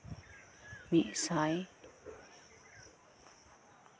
ᱢᱤᱫ ᱥᱟᱭ